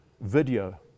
video